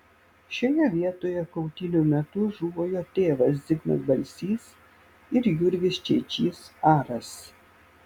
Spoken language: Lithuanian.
šioje vietoje kautynių metu žuvo jo tėvas zigmas balsys ir jurgis čeičys aras